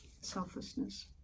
selflessness